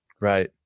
right